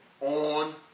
on